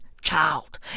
child